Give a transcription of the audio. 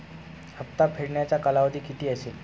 हप्ता फेडण्याचा कालावधी किती असेल?